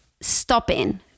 stopping